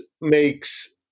makes